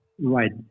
Right